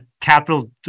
capital